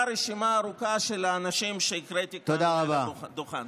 רשימה ארוכה של אנשים שהקראתי כאן מעל הדוכן.